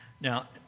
Now